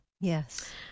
Yes